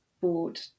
board